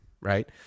right